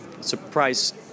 surprise